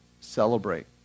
celebrate